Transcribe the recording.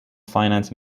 finance